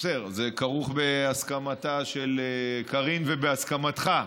זה כרוך בהסכמתה של קארין ובהסכמתך.